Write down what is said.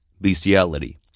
bestiality